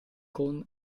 con